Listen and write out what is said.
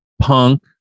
Punk